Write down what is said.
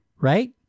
right